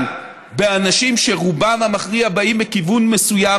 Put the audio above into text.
באנשים שרובם המכריע באים מכיוון מסוים,